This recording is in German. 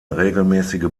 regelmäßige